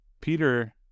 peter